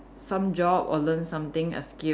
some job or learn something as skill